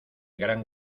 gran